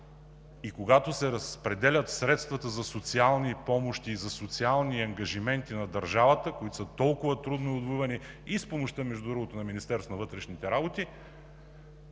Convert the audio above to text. и когато се разпределят средствата за социални помощи, за социални ангажименти на държавата, които са толкова трудно отвоювани – да бъдат защитени между другото и с помощта на Министерството на вътрешните работи.